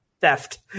theft